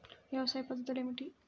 వ్యవసాయ పద్ధతులు ఏమిటి?